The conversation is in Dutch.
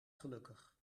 gelukkig